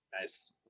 Nice